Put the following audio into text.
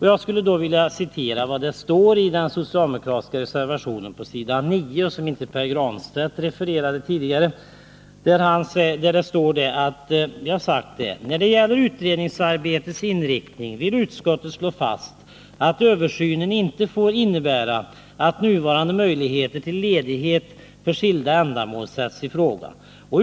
Jag skulle vilja citera vad som står i den socialdemokratiska reservationen och som Pär Granstedt inte citerade: ”När det gäller utredningsarbetets inriktning vill utskottet slå fast att översynen inte får innebära att nuvarande möjligheter till ledighet för skilda ändamål sätts i fråga.